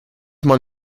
man